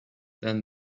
than